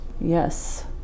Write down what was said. yes